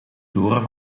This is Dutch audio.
toren